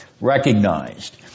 recognized